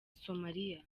somaliya